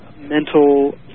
mental